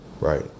right